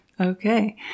Okay